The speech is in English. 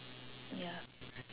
yep